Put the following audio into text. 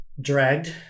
Dragged